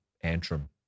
Antrim